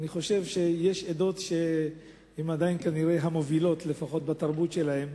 אני חושב שיש עדות שהן עדיין כנראה המובילות בתרבות שלהן,